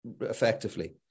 effectively